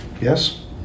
yes